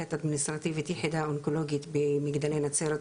מנהלת אדמיניסטרטיבית יחידה אונקולוגית במגדלי נצרת,